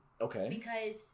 Okay